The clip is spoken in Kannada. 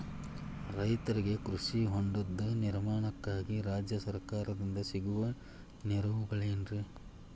ರೈತರಿಗೆ ಕೃಷಿ ಹೊಂಡದ ನಿರ್ಮಾಣಕ್ಕಾಗಿ ರಾಜ್ಯ ಸರ್ಕಾರದಿಂದ ಸಿಗುವ ನೆರವುಗಳೇನ್ರಿ?